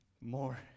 More